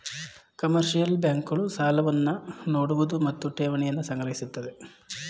commercial bank ಗಳು ಸಾಲವನ್ನು ನೋಡುವುದು ಮತ್ತು ಠೇವಣಿಯನ್ನು ಸಂಗ್ರಹಿಸುತ್ತದೆ